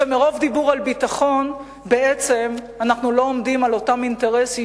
ומרוב דיבור על ביטחון בעצם אנחנו לא עומדים על אותם אינטרסים,